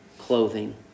clothing